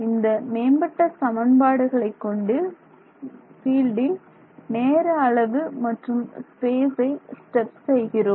இந்த மேம்பட்ட சமன்பாடுகளை கொண்டு ஃபீல்டில் நேர அளவை மற்றும் ஸ்பேஸ் ஐ ஸ்டெப் செய்கிறோம்